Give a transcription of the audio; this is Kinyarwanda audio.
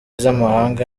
z’amahanga